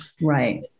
Right